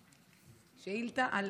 אני מקריאה שאילתה על